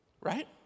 right